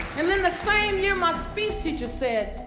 and then the same year my speech teacher said,